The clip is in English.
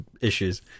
issues